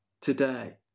today